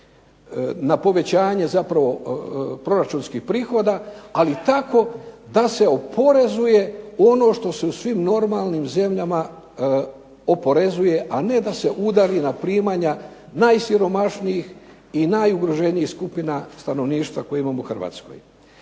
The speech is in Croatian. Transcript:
na povećanje proračunskih prihoda, ali tako da se oporezuje ono što se u svim normalnim zemljama oporezuje, a ne da se udari na primanja najsiromašnijih i najugroženijih skupina stanovništva koje imamo u Hrvatskoj.